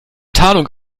tarnung